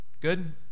Good